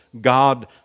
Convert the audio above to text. God